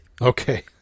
Okay